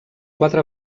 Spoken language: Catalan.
quatre